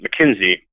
McKinsey